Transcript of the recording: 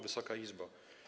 Wysoka Izbo!